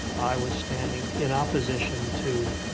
i was standing in opposition to